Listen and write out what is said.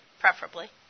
preferably –